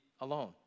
alone